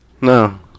No